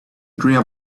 dream